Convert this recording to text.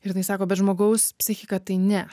ir jinai sako bet žmogaus psichika tai ne